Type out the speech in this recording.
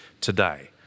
today